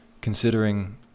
considering